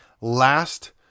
last